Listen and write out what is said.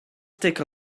take